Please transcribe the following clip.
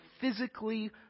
physically